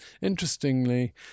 interestingly